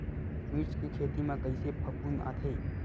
मिर्च के खेती म कइसे फफूंद आथे?